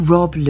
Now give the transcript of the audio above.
Rob